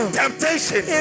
temptation